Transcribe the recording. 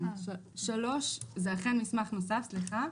3 זה אכן מסמך נוסף, סליחה,